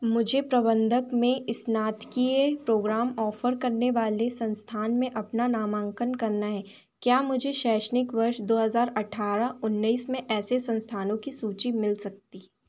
मुझे प्रबंधक में स्नातकीय प्रोग्राम ऑफर करने वाले संस्थान में अपना नामांकन करना है क्या मुझे शैक्षणिक वर्ष दो हज़ार अठारह उन्नीस में ऐसे संस्थानों की सूचि मिल सकती